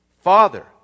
Father